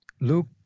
Luke